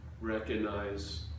recognize